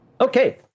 Okay